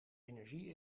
energie